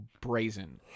brazen